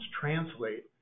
translate